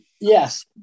Yes